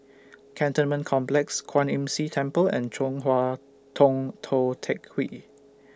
Cantonment Complex Kwan Imm See Temple and Chong Hua Tong Tou Teck Hwee